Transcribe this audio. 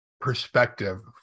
perspective